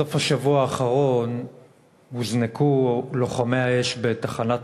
בסוף השבוע האחרון הוזנקו לוחמי האש בתחנת